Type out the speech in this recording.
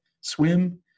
swim